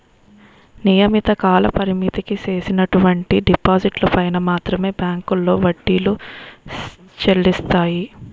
నియమిత కాలపరిమితికి చేసినటువంటి డిపాజిట్లు పైన మాత్రమే బ్యాంకులో వడ్డీలు చెల్లిస్తాయి